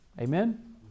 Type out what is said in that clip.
Amen